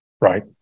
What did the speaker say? right